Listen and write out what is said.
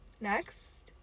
Next